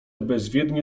bezwiednie